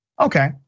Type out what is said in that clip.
Okay